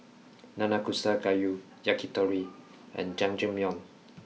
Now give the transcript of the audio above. Nanakusa Gayu Yakitori and Jajangmyeon